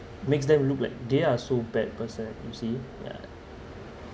makes them look like they are so bad person you see ya